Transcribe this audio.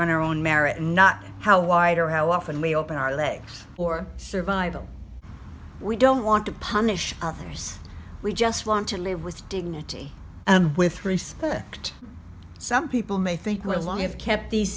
our own merit not how wide or how often we open our legs or survival we don't want to punish others we just want to live with dignity and with respect some people may think we're long have kept these